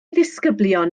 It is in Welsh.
ddisgyblion